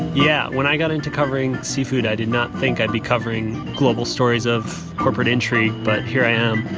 yeah, when i got into covering seafood, i did not think i'd be covering global stories of corporate intrigue. but here i am.